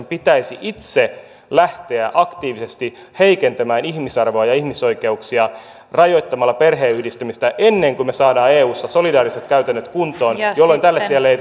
pitäisi itse lähteä aktiivisesti heikentämään ihmisarvoa ja ihmisoikeuksia rajoittamalla perheenyhdistämistä ennen kuin me saamme eussa solidaariset käytännöt kuntoon jolloin tälle tielle ei